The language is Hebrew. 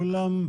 כולם?